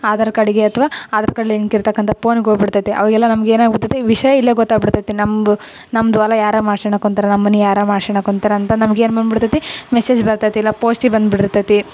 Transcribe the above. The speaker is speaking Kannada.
ಆಧಾರ್ ಕಾರ್ಡಿಗೆ ಅಥವಾ ಆಧಾರ್ ಕಾರ್ಡ್ ಲಿಂಕ್ ಇರತಕ್ಕಂತ ಪೋನಗೆ ಹೋಗ್ಬಿಡ್ತೈತೆ ಅವಾಗೆಲ್ಲ ನಮ್ಗೆ ಏನಾಗಿಬಿಡ್ತತಿ ವಿಷಯ ಇಲ್ಲೆ ಗೊತ್ತಾಗ್ಬಿಡ್ತೈತೆ ನಮ್ಮದು ನಮ್ದು ಹೊಲ ಯಾರು ಮಾಡ್ಶಣಕುಂದ್ರೆ ನಮ್ಮ ಮನೆ ಯಾರು ಮಾಡ್ಶಣಕುಂದ್ರ್ ಅಂತ ನಮ್ಗೆ ಏನು ಬಂದುಬಿಡ್ತತಿ ಮೆಸ್ಸೇಜ್ ಬರ್ತೈತೆ ಇಲ್ಲ ಪೋಸ್ಟಿಗೆ ಬಂದು ಬಿಟ್ಟಿರ್ತೈತೆ